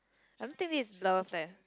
I don't think this is love leh